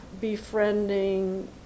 befriending